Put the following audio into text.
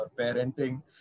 parenting